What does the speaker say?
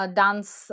dance